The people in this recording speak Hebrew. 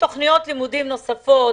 אם המחקרים מראים שתכניות לימודים נוספות